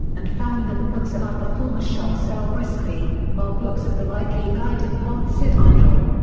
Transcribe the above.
and found that books about the former shah sell briskly, while books of the rightly guided path sit idle.